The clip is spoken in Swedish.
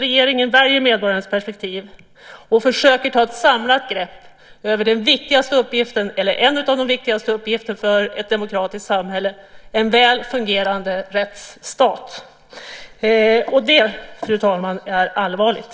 Regeringen väljer inte medborgarens perspektiv för att försöka ta ett samlat grepp över en av de viktigaste uppgifterna för ett demokratiskt samhälle, en väl fungerande rättsstat. Det är allvarligt.